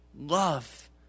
love